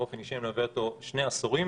ובאופן אישי אני מלווה אותו שני עשורים.